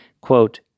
Quote